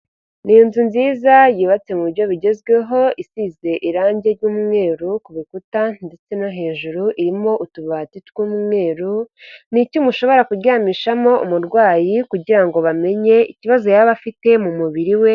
Ni inzu nziza yubatse mu buryo bugezweho isize irangi ry'umweru ku bikuta ndetse no hejuru, irimo utubati tw'umweru, ni icyumba ushobora kuryamishamo umurwayi kugira ngo bamenye ikibazo yaba afite mu mubiri we.